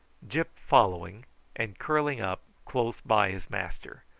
gyp following and curling up close by his master,